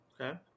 Okay